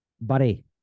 Buddy